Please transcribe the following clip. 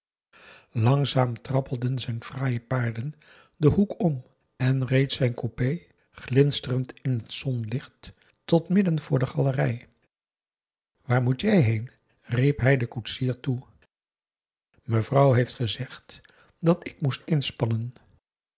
langzaam trappelden zijn fraaie paarden den hoek om en reed zijn coupé glinsterend in het zonlicht tot midden voor de galerij waar moet jij heen riep hij den koetsier toe mevrouw heeft gezegd dat ik moest inspannen